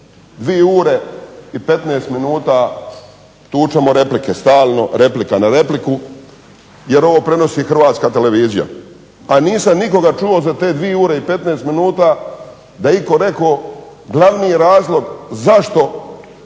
ure i 15 minuta tučemo replike, stalno replika na repliku jer ovo prenosi Hrvatska televizija, nisam nikoga čuo za te dvi ure i 15 minuta da je itko rekao glavni razlog zašto